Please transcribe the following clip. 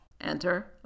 Enter